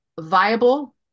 viable